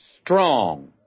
strong